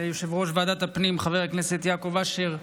ליושב-ראש ועדת הפנים חבר הכנסת יעקב אשר,